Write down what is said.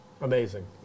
amazing